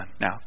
Now